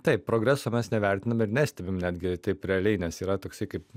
taip progreso mes nevertinam ir nestebim netgi taip realiai nes yra toksai kaip